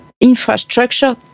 infrastructure